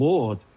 Lord